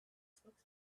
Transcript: spoke